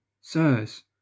sirs